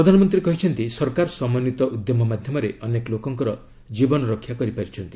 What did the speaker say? ପ୍ରଧାନମନ୍ତ୍ରୀ କହିଛନ୍ତି ସରକାର ସମନ୍ୱିତ ଉଦ୍ୟମ ମାଧ୍ୟମରେ ଅନେକ ଲୋକଙ୍କର ଜୀବନ ରକ୍ଷା କରିପାରିଛନ୍ତି